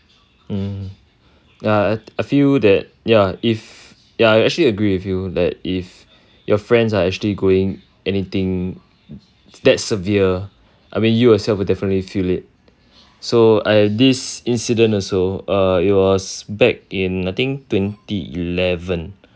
mm ya I I feel that ya if ya I actually agree with you that if your friends are actually going anything that's severe I mean you yourself will definitely feel it so I have this incident also err was back in I think twenty eleven